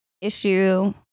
issue